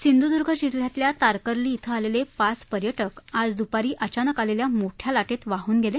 सिंधुर्द्रा जिल्ह्यातल्या तारकर्ली ध्विं आलेले पाच पर्यटक आज दुपारी अचानक आलेल्या मोठया लाटेत वाहन गेले